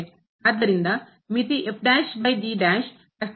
ಆದ್ದರಿಂದ ಮಿತಿ ಅಸ್ತಿತ್ವದಲ್ಲಿದೆ